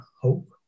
Hope